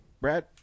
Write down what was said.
Brad